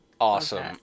Awesome